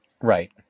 Right